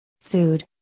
Food